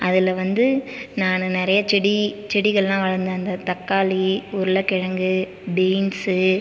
அதில் வந்து நான் நிறைய செடி செடிகள்லாம் வந்து தக்காளி உருளைக்கிழங்கு பீன்சு